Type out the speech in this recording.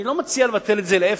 אני לא מציע לבטל את זה לאפס,